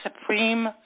Supreme